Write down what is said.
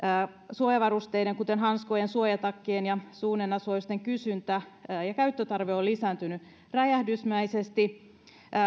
suojavarusteiden kuten hanskojen suojatakkien ja suu nenäsuojusten kysyntä ja käyttötarve ovat lisääntyneet räjähdysmäisesti